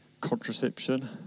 contraception